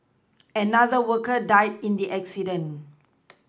another worker died in the accident